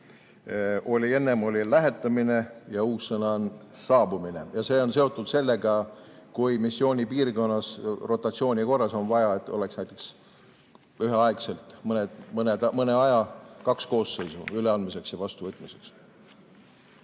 mis enne oli "lähetamine", ja uus sõna on "saabumine". See on seotud sellega, kui missioonipiirkonnas rotatsiooni korras on vaja, et oleks näiteks üheaegselt mõne aja kaks koosseisu, üleandmiseks ja vastuvõtmiseks.